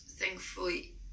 thankfully